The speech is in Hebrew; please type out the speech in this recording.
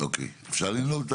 אפשר לנעול?